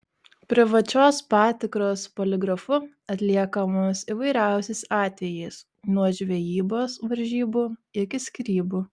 privačios patikros poligrafu atliekamos įvairiausiais atvejais nuo žvejybos varžybų iki skyrybų